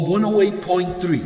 108.3